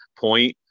point